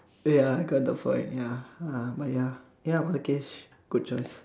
ya I got the point and ya uh but ya ya Balqish good choice